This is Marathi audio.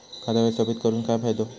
खाता व्यवस्थापित करून काय फायदो?